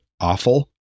awful